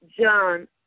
John